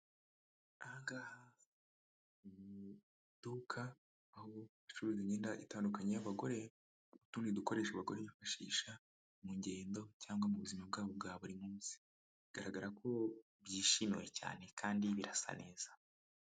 Aha ngaha ni mu iduka, aho bacuruza imyenda itandukanye y'abagore, n'utundi dukoresho abagore bifashisha mu ngendo cyangwa mu buzima bwabo bwa buri munsi. Bigaragara ko byishimiwe cyane kandi birasa neza.